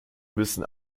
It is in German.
müssen